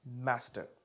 master